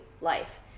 life